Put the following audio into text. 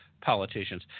Politicians